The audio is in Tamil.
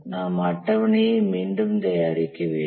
நாம் அட்டவணையை மீண்டும் தயாரிக்க வேண்டும்